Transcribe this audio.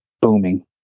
booming